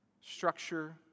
structure